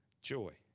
joy